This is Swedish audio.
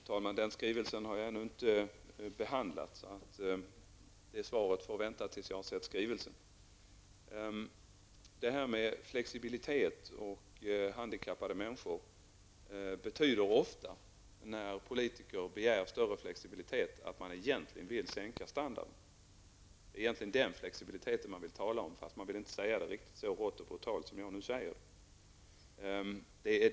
Fru talman! Den skrivelsen har jag ännu inte behandlat. Svaret får vänta tills jag har sett skrivelsen. När politiker begär större flexibilitet i fråga om någonting som gäller handikappade människor, betyder det ofta att man vill sänka standarden. Det är egentligen den flexibiliteten man vill tala om, fast man vill inte säga det riktigt så hårt och brutalt som jag nu säger det.